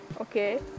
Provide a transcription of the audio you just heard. okay